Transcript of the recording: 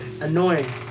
Annoying